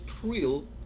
thrill